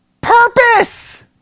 purpose